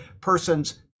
person's